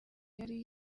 yari